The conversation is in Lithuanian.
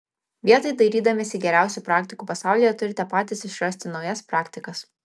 vietoj dairydamiesi geriausių praktikų pasaulyje turite patys išrasti naujas praktikas